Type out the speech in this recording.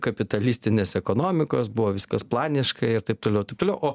kapitalistinės ekonomikos buvo viskas planiškai ir taip toliau taip toliau o